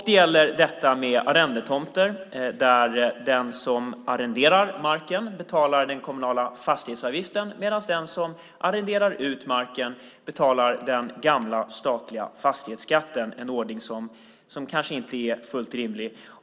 Det gäller detta med arrendetomter, där den som arrenderar marken betalar den kommunala fastighetsavgiften medan den som arrenderar ut marken betalar den gamla statliga fastighetsskatten - en ordning som kanske inte är fullt rimlig.